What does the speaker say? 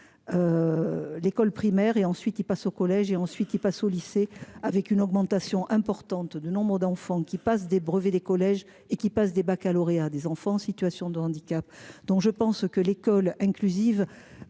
L'école primaire et ensuite il passe au collège et ensuite il passe au lycée avec une augmentation importante de nombres d'enfants qui passent des brevet des collèges et qui passe des baccalauréats des enfants en situation de handicap. Donc je pense que l'école inclusive.